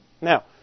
now